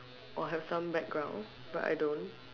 or have some background but I don't